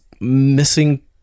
missing